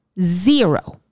Zero